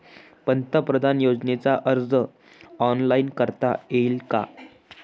पंतप्रधान योजनेचा अर्ज ऑनलाईन करता येईन का?